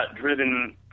driven